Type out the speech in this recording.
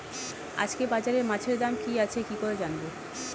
আজকে বাজারে মাছের দাম কি আছে কি করে জানবো?